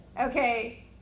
Okay